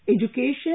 education